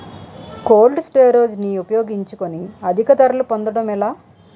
Cold storage ని ఉపయోగించుకొని అధిక ధరలు పొందడం ఎలా?